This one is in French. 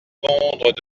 répondent